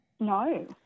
No